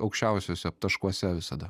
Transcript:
aukščiausiuose taškuose visada